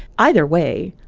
either way,